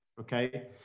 okay